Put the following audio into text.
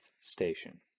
station